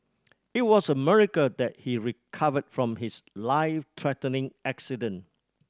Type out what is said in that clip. it was a miracle that he recovered from his life threatening accident